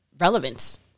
relevance